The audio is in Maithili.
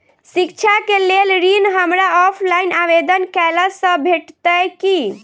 शिक्षा केँ लेल ऋण, हमरा ऑफलाइन आवेदन कैला सँ भेटतय की?